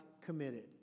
committed